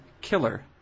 killer